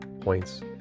points